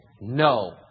No